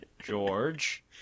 George